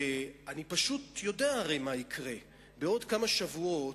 ואני הרי פשוט יודע מה יקרה: בעוד כמה שבועות,